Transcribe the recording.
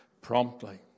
promptly